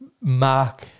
mark